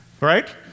right